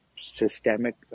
systemic